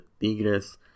Tigres